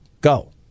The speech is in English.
Go